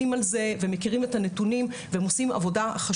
והגיע הזמן לעשות סדר בכלים ובמנגנונים שיש במערכת,